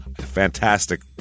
fantastic